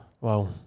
Wow